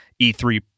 E3